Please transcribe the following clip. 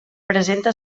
presenta